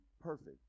perfect